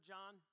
John